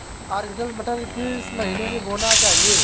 Arkel मटर किस महीना में बोना चाहिए?